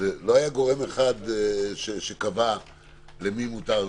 שלא היה גורם אחד שקבע למי מותר,